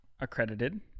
accredited